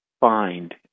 find